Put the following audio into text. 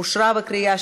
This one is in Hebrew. נתקבל.